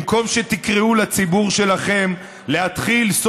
במקום שתקראו לציבור שלכם להתחיל,